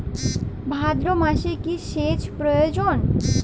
ভাদ্রমাসে কি সেচ প্রয়োজন?